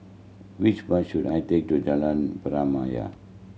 which bus should I take to Jalan Pernama